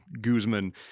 Guzman